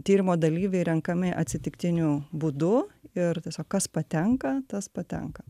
tyrimo dalyviai renkami atsitiktiniu būdu ir tiesiog kas patenka tas patenka